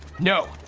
no,